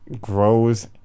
grows